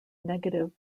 negative